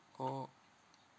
orh